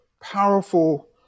powerful